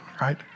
right